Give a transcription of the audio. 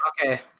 Okay